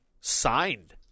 Signed